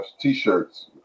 t-shirts